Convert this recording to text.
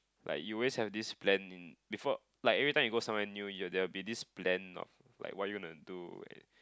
like you always have this plan in before like every time you go somewhere new you'll there will be this plan of like what you're gonna do and